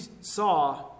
saw